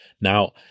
Now